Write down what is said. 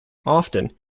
often